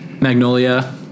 Magnolia